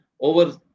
over